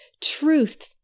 truth